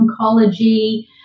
oncology